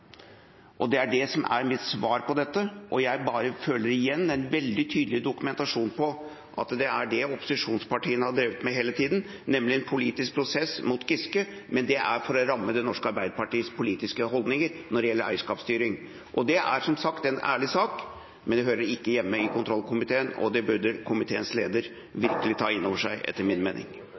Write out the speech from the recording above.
Det er det som er mitt svar på dette. Jeg føler igjen bare at det er en veldig tydelig dokumentasjon på at det er det opposisjonspartiene har drevet med hele tiden, nemlig en politisk prosess mot statsråd Giske, men det er for å ramme Det norske Arbeiderpartis politiske holdninger når det gjelder eierskapsstyring. Det er, som sagt, en ærlig sak, men den hører ikke hjemme i kontrollkomiteen, og det burde komiteens leder virkelig ta inn over seg, etter min mening.